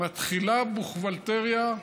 מתחילה בוכהלטריה,